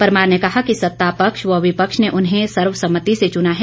परमार ने कहा कि संतापक्ष व विपक्ष ने उन्हें सर्वसम्मति से चुना है